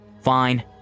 Fine